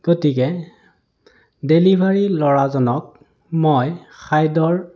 গতিকে ডেলিভাৰী ল'ৰাজনক মই খাদ্যৰ